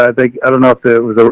i think, i don't know if it was, ah